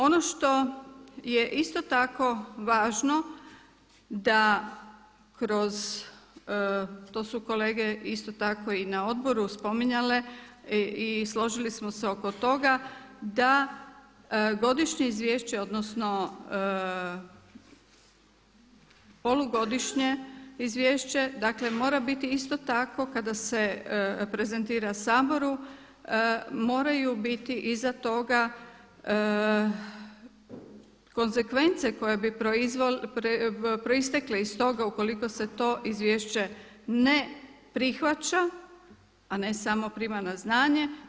Ono što je isto tako važno da kroz, što su kolege isto tako i na odboru spominjale i složili smo se oko toga, da godišnje izvješće odnosno polugodišnje izvješće mora biti isto tako kada se prezentira Saboru moraju biti iza toga konzekvence koje bi proistekle iz toga ukoliko se to izvješće ne prihvaća, a ne samo prima na znanje.